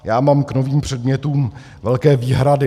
Já mám k novým předmětům velké výhrady.